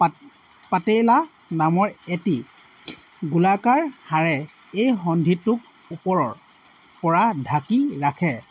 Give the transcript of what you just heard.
পাত পাতেইলা নামৰ এটি গোলাকাৰ হাড়ে এই সন্ধিটোক ওপৰৰপৰা ঢাকি ৰাখে